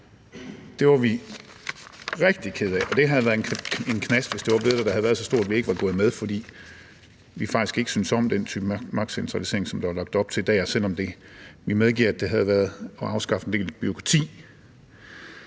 var vi rigtig kede af, og hvis det var blevet sådan, havde det været så stor en knast, at vi ikke var på gået med, fordi vi faktisk ikke synes om den type magtcentralisering, som der var lagt op til der, selv om vi medgiver, at det havde afskaffet en del bureaukrati.